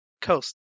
coast